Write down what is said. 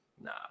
Nah